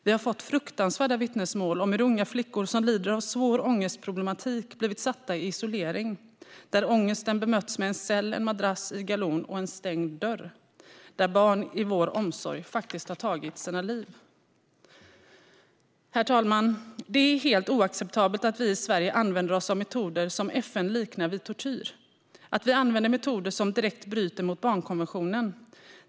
Vi har fått fruktansvärda vittnesmål om hur unga flickor som lider av svår ångestproblematik blivit satta i isolering, där ångesten bemötts med en cell, en madrass i galon och en stängd dörr. Barn i vår omsorg har faktiskt tagit sina liv. Herr talman! Det är helt oacceptabelt att vi i Sverige använder oss av metoder som FN liknar vid tortyr och att vi använder metoder som direkt bryter mot barnkonventionen.